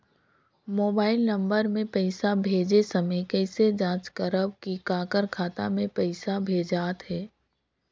Mobile number मे पइसा भेजे समय कइसे जांच करव की काकर खाता मे पइसा भेजात हे?